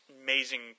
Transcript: amazing